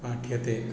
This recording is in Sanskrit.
पाठ्यते